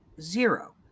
zero